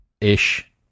ish